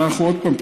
עוד פעם,